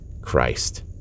Christ